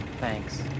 Thanks